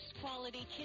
quality